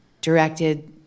directed